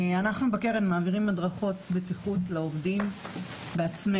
אנחנו בקרן מעבירים הדרכות בטיחות לעובדים בעצמנו.